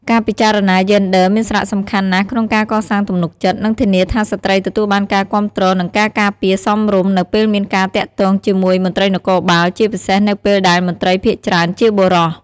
ការពិចារណាយេនឌ័រមានសារៈសំខាន់ណាស់ក្នុងការកសាងទំនុកចិត្ត និងធានាថាស្ត្រីទទួលបានការគាំទ្រនិងការការពារសមរម្យនៅពេលមានការទាក់ទងជាមួយមន្ត្រីនគរបាល ជាពិសេសនៅពេលដែលមន្ត្រីភាគច្រើនជាបុរស។